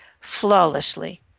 flawlessly